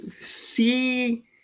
see